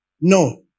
No